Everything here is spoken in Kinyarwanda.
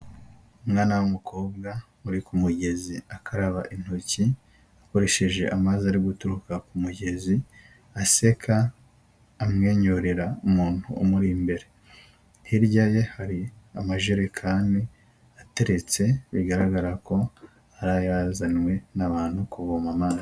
Umwana w'umukobwa uri ku mugezi akaraba intoki akoresheje amazi ari guturuka ku mugezi, aseka amwenyurera umuntu umuri imbere. Hirya ye hari amajerekani ateretse bigaragara ko arayazanywe n'abantu kuvoma amazi.